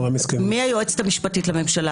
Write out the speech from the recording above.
מהיועצת המשפטית לממשלה,